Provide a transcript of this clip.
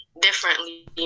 differently